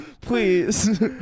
Please